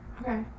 Okay